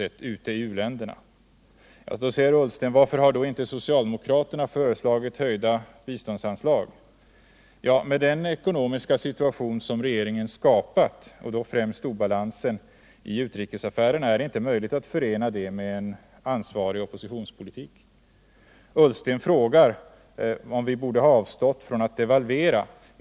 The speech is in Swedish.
Då säger Ola Ullsten: Varför har då inte socialdemokraterna föreslagit höjda biståndsanslag? Med den ekonomiska situation som regeringen har skapat, främst obalansen i utrikesaffärerna, är det inte möjligt att förena ett sådant krav med en ansvarig oppositionspolitik. Ola Ullsten frågar om regeringen borde ha avstått från att devalvera.